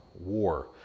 war